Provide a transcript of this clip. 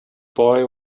boy